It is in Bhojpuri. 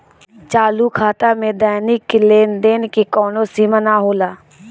चालू खाता में दैनिक लेनदेन के कवनो सीमा ना होला